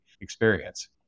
experience